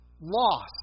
lost